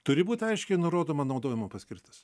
turi būt aiškiai nurodoma naudojimo paskirtis